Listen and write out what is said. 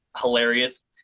hilarious